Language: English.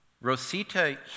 Rosita